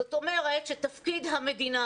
זאת אומרת שתפקיד המדינה,